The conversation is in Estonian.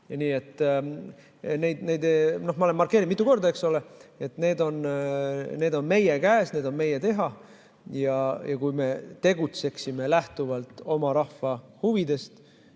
Nii et ma olen markeerinud mitu korda, eks ole, et need on meie käes, need on meie teha ja kui me tegutseksime lähtuvalt oma rahva huvidest,